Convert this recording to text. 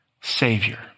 savior